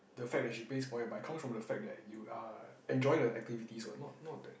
the fact that she pays for it but comes from the fact that you're enjoying the activities what not not that